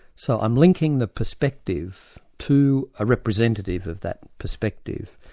so i'm linking the perspective to a representative of that perspective.